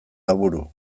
aburu